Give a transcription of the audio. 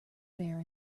fair